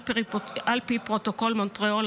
על פי פרוטוקול מונטריאול,